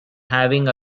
having